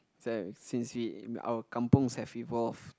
since we our kampong have evolved